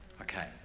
Okay